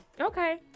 Okay